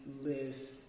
live